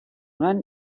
nuen